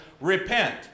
repent